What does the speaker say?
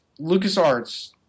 LucasArts